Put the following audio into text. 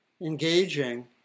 engaging